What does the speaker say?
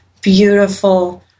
beautiful